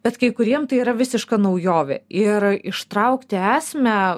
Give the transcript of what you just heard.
bet kai kuriem tai yra visiška naujovė ir ištraukti esmę